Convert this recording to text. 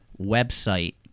website